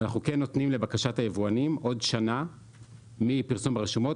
אבל אנחנו כן נותנים לבקשת היבואנים עוד שנה מפרסום הרשומות,